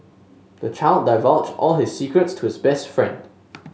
the child divulged all his secrets to his best friend